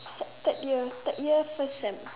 her third year third year first sem